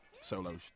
solo